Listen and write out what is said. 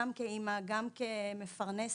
גם כאמא וגם כמפרנסת,